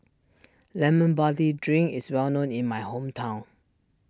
Lemon Barley Drink is well known in my hometown